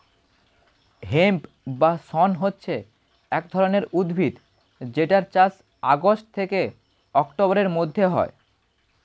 hemp বা শণ হচ্ছে এক ধরণের উদ্ভিদ যেটার চাষ আগস্ট থেকে অক্টোবরের মধ্যে হয়